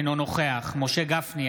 אינו נוכח משה גפני,